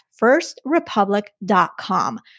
firstrepublic.com